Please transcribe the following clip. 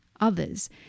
others